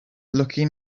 looking